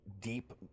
deep